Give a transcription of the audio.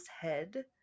head